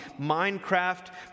Minecraft